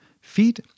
Feet